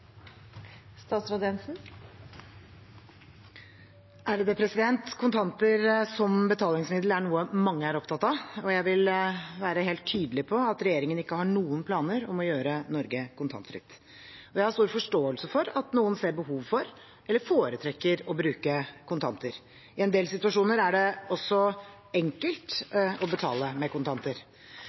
noe mange er opptatt av, og jeg vil være helt tydelig på at regjeringen ikke har noen planer om å gjøre Norge kontantfritt. Jeg har stor forståelse for at noen ser behov for eller foretrekker å bruke kontanter. I en del situasjoner er det også enkelt å betale med kontanter.